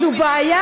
זו בעיה,